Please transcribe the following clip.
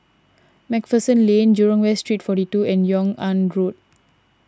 MacPherson Lane Jurong West Street forty two and Yung An Road